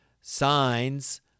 signs